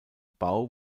bau